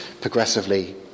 progressively